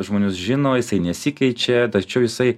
žmonių žino jisai nesikeičia tačiau jisai